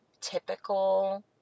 typical